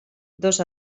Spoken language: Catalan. dos